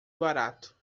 barato